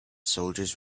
soldiers